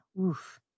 oof